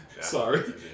Sorry